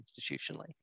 institutionally